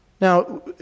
Now